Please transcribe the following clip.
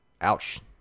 ouch